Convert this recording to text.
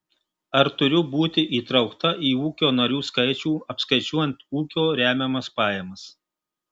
ar turiu būti įtraukta į ūkio narių skaičių apskaičiuojant ūkio remiamas pajamas